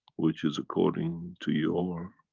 which is according to your